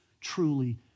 truly